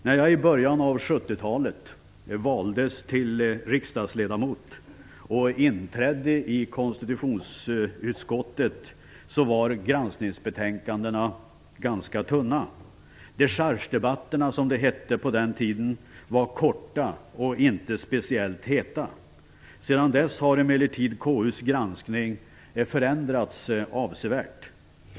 När jag i början av 1970-talet valdes till riksdagsledamot och inträdde i konstitutionsutskottet var granskningsbetänkandena ganska tunna. Dechargedebatterna, som de hette på den tiden, var korta och inte speciellt heta. Sedan dess har emellertid KU:s granskning förändrats avsevärt.